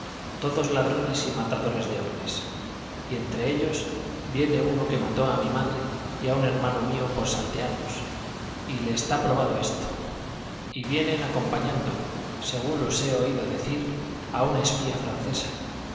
todos ladrones y matadores de hombres y entre ellos viene uno que mató a mi madre y a un hermano mío por saltearlos y le está probado esto y vienen acompañando según los he oído decir a una espía francesa